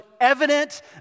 evident